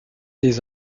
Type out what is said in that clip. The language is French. des